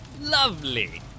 Lovely